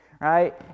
right